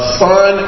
son